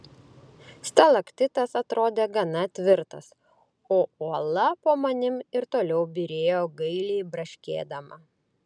stalaktitas atrodė gana tvirtas o uola po manimi ir toliau byrėjo gailiai braškėdama